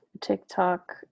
TikTok